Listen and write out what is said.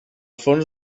fons